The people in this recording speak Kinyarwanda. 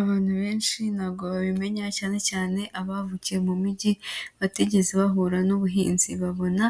Abantu benshi ntabwo babimenya, cyanecyane abavukiye mu Mujyi, batigeze bahura n'ubuhinzi. Babona